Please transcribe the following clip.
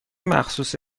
مخصوص